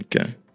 Okay